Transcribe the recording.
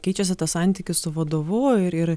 keičiasi tas santykis su vadovu ir ir